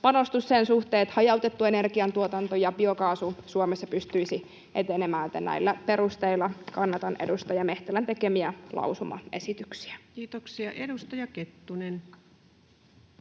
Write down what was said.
panostus sen suhteen, että hajautettu energiantuotanto ja biokaasu Suomessa pystyisivät etenemään. Näillä perusteilla kannatan edustaja Mehtälän tekemiä lausumaesityksiä. Kiitoksia. — Edustaja Kettunen.